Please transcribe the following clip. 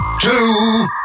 Two